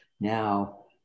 now